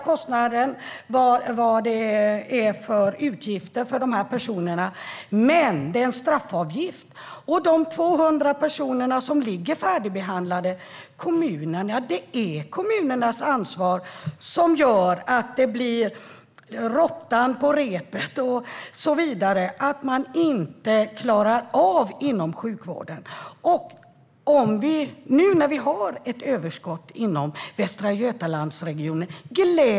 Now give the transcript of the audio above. Kommunerna betalar inte hela kostnaden för de personerna. Men det är en straffavgift. När det gäller de 200 färdigbehandlade personerna är det kommunernas ansvar som leder till att det blir råttan på repet och så vidare. Sjukvården klarar inte av det. Gläd er åt att vi nu har ett överskott inom Västra Götalandsregionen.